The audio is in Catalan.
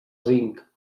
zinc